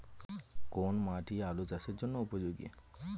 কোন মাটি আলু চাষের জন্যে উপযোগী?